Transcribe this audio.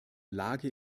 lage